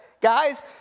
guys